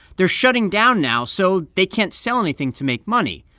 they're shutting down now, so they can't sell anything to make money.